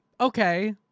okay